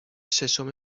ششم